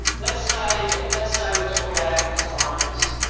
let's say let's say we talk about apples and oranges.